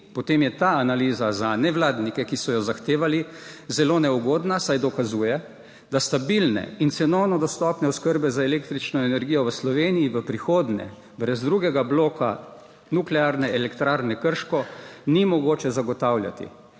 potem je ta analiza za nevladnike, ki so jo zahtevali, zelo neugodna, saj dokazuje, da stabilne in cenovno dostopne oskrbe z električno energijo v Sloveniji v prihodnje brez drugega bloka Nuklearne elektrarne Krško ni mogoče zagotavljati,